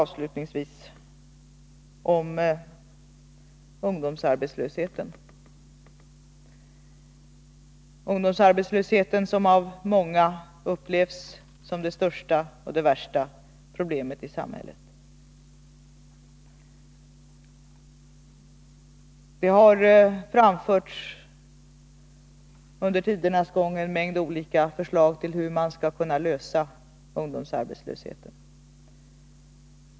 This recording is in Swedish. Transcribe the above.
Avslutningsvis vill jag säga några ord om ungdomsarbetslösheten, som av många upplevs som det största och allvarligaste problemet i samhället. Under tidernas gång har framförts en mängd olika förslag om hur man skall kunna motverka ungdomsarbetslösheten.